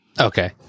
Okay